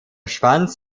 schwanz